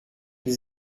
pied